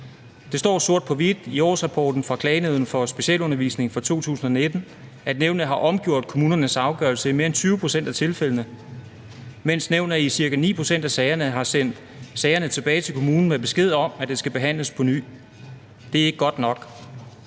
Der står sort på hvidt i årsrapporten fra Klagenævnet for Specialundervisning fra 2019, at nævnet har omgjort kommunernes afgørelser i mere end 20 pct. af tilfældene, mens nævnet i ca. 9 pct. af sagerne har sendt sagerne tilbage til kommunen med besked om, at de skal forhandles på ny. Det er ikke godt nok,